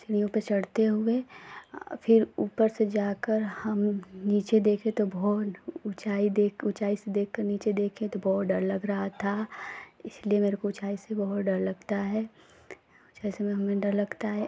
सीढ़ीयों पर चढ़ते हुए फिर ऊपर से जाकर हम नीचे देखें तो बहोल ऊँचाई देख ऊँचाई से देख कर नीचे देखे तो बहुत डर लग रहा था इसलिए मेरे को ऊँचाई से बहुत डर लगता है जैसे में हमें डर लगता है